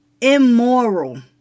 immoral